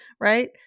right